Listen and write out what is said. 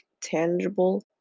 tangible